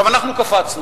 אנחנו קפצנו.